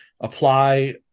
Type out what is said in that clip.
Apply